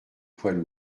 poids